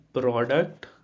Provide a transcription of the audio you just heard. product